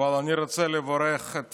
אבל אני רוצה לברך את